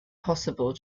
possible